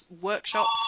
workshops